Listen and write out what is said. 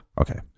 Okay